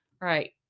Right